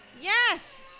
Yes